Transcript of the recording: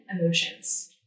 emotions